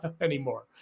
anymore